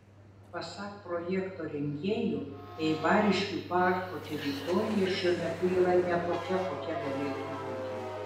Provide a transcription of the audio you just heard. pasak projekto rengėjų eibariškių parko teritorija šiuo metu yra ne tokia kokia galėtų būti